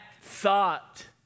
thought